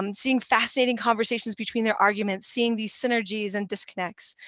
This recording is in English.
um seeing fascinating conversations between their arguments, seeing these synergies and disconnects.